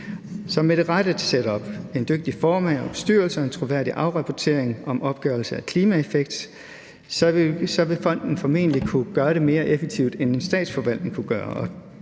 Så med det rette setup, en dygtig formand og bestyrelse og en troværdig afrapportering om opgørelse af klimaeffekt vil fonden formentlig kunne gøre det mere effektivt, end en statsforvaltning kunne gøre